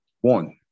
one